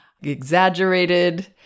exaggerated